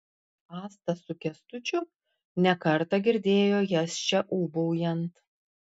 asta su kęstučiu ne kartą girdėjo jas čia ūbaujant